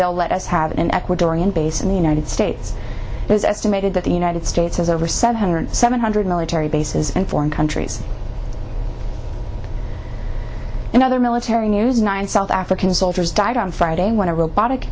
they'll let us have an ecuadorian base in the united states it's estimated that the united states has over seven hundred seven hundred military bases in foreign countries and other military news nine south african soldiers died on friday when a robotic